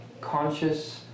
conscious